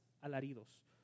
alaridos